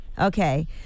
Okay